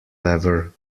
lever